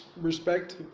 respect